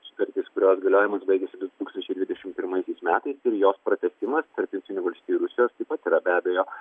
sutartis kurios galiojimas baigiasi du tūkstančiai dvidešimt pirmaisiais metais ir jos pratęsimas tarp jungtinių valstijų ir rusijos taip pat yra be abejo